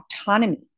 autonomy